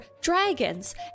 dragons